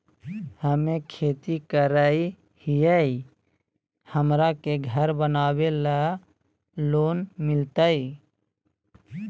हमे खेती करई हियई, हमरा के घर बनावे ल लोन मिलतई?